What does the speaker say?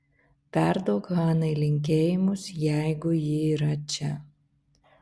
perduok hanai linkėjimus jeigu ji yra čia